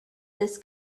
this